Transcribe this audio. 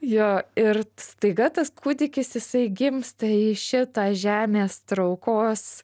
jo ir staiga tas kūdikis jisai gimsta į šitą žemės traukos